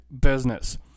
business